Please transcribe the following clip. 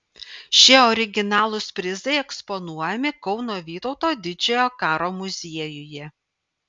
šie originalūs prizai eksponuojami kauno vytauto didžiojo karo muziejuje